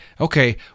Okay